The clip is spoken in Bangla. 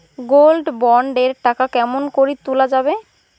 গোল্ড বন্ড এর টাকা কেমন করি তুলা যাবে?